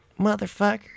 motherfucker